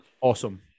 awesome